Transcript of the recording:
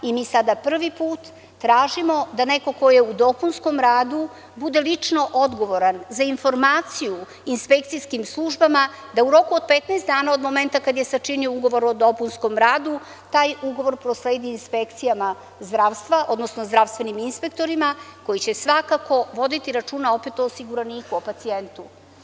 Mi sada prvi put tražimo da neko ko je u dopunskom radu bude lično odgovoran za informaciju inspekcijskim službama, da u roku od 15 dana od momenta kada je sačinio ugovor o dopunskom radu taj ugovor prosledi inspekcijama zdravstva, odnosno zdravstvenim inspektorima, koji će svakako voditi računa opet o osiguraniku, o pacijentu.